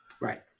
Right